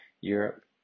Europe